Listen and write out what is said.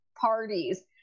parties